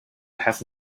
have